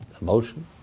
emotion